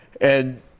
and-